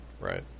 right